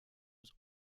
was